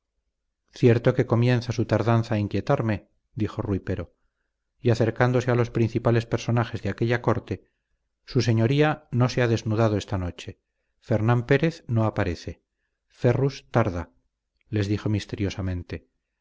cierto que comienza su tardanza a inquietarme dijo rui pero y acercándose a los principales personajes de aquella corte su señoría no se ha desnudado esta noche fernán pérez no aparece ferrus tarda les dijo misteriosamente